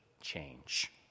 Change